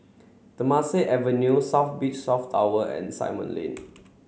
Temasek Avenue South Beach South Tower and Simon Lane